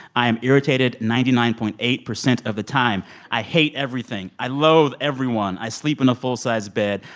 i am irritated ninety nine point eight percent of the time. i hate everything. i loathe everyone. i sleep in a full-size bed.